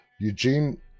Eugene